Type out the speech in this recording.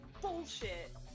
bullshit